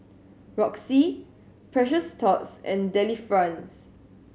Roxy Precious Thots and Delifrance